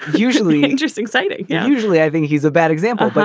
usually interesting. exciting. yeah. usually i think he's a bad example, but